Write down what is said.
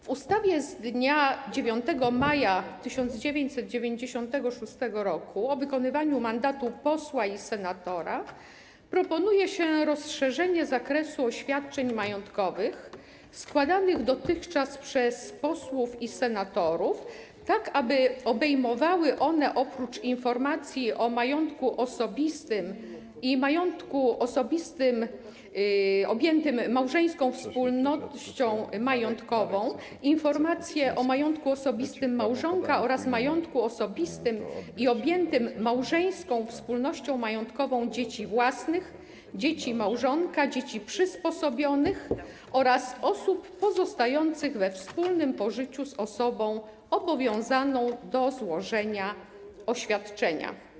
W ustawie z dnia 9 maja 1996 r. o wykonywaniu mandatu posła i senatora proponuje się rozszerzenie zakresu oświadczeń majątkowych składanych dotychczas przez posłów i senatorów tak, aby obejmowały one, oprócz informacji o majątku osobistym i majątku osobistym objętym małżeńską wspólnością majątkową, informacje o majątku osobistym małżonka oraz majątku osobistym objętym małżeńską wspólnością majątkową dzieci własnych, dzieci małżonka, dzieci przysposobionych oraz osób pozostających we wspólnym pożyciu z osobą obowiązaną do złożenia oświadczenia.